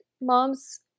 mom's